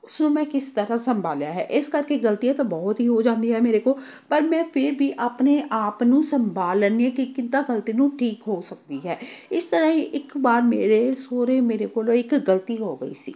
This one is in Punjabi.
ਉਸਨੂੰ ਮੈਂ ਕਿਸ ਤਰ੍ਹਾਂ ਸੰਭਾਲਿਆ ਹੈ ਇਸ ਕਰਕੇ ਗਲਤੀਆਂ ਤਾਂ ਬਹੁਤ ਹੀ ਹੋ ਜਾਂਦੀ ਹੈ ਮੇਰੇ ਕੋਲ ਪਰ ਮੈਂ ਫਿਰ ਵੀ ਆਪਣੇ ਆਪ ਨੂੰ ਸੰਭਾਲ ਲੈਂਦੀ ਹਾਂ ਕਿ ਕਿੱਦਾਂ ਗਲਤੀ ਨੂੰ ਠੀਕ ਹੋ ਸਕਦੀ ਹੈ ਇਸ ਤਰ੍ਹਾਂ ਹੀ ਇੱਕ ਵਾਰ ਮੇਰੇ ਸੋਹਰੇ ਮੇਰੇ ਕੋਲੋਂ ਇੱਕ ਗਲਤੀ ਹੋ ਗਈ ਸੀ